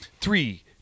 three